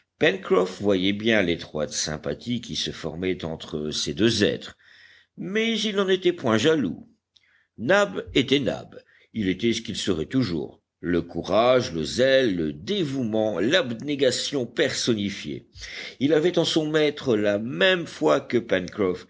voyait bien l'étroite sympathie qui se formait entre ces deux êtres mais il n'en était point jaloux nab était nab il était ce qu'il serait toujours le courage le zèle le dévouement l'abnégation personnifiée il avait en son maître la même foi que